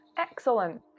excellent